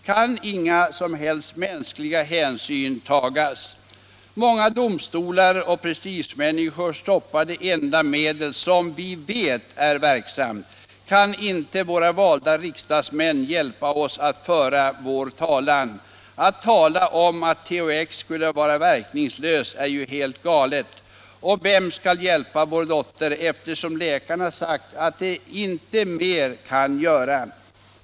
Kan inga som helst mänskliga hänsyn tagas? Måste domstolar och prestigemänniskor stoppa det enda medel som vi vet är verksamt? Kan inte våra valda riksdagsmän hjälpa oss att föra vår talan? Att tala om att THX skulle vara verkningslöst är ju helt galet. Och vem skall hjälpa vår dotter eftersom läkarna sagt att de inget mer kan göra?